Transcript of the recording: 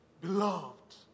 Beloved